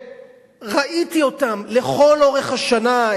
וראיתי אותם לאורך כל השנה,